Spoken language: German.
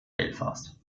belfast